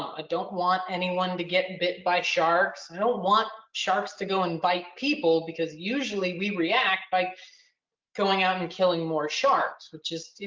i don't want anyone to get bit by sharks. i don't want sharks to go and bite people because usually, we react by going out and killing more sharks, which is,